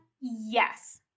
Yes